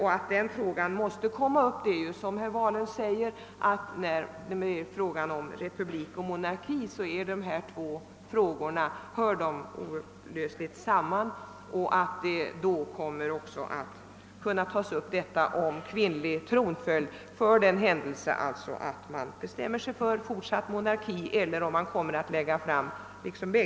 Som herr Wahlund sagt hänger den fråga vi nu diskuterar oupplösligt samman med frågan om republik eller monarki. Frågan om kvinnlig tronföljd kommer alltså att aktualiseras vid behandlingen av frågan om statsskicket.